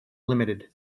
limited